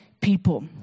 people